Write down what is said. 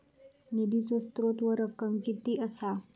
निधीचो स्त्रोत व रक्कम कीती असा?